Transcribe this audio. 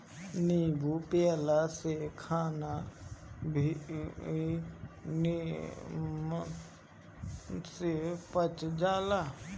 नींबू पियला से खाना भी निमन से पच जाला